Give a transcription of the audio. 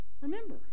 remember